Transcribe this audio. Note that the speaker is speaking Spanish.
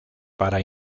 para